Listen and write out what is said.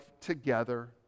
together